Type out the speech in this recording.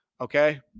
Okay